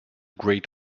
great